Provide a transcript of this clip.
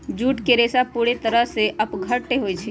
jute के रेशा पूरे तरह से अपघट्य होई छई